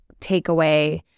takeaway